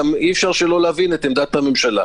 אי אפשר לא להבין את עמדת הממשלה.